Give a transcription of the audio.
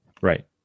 Right